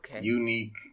unique